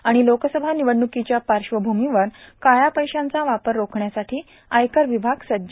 आणि लोकसभा निवडण्कीच्या पाष्ट्रवभूमीवर काळया पैशांचा वापर रोखण्यासाठी आयकर विभाग सज्ज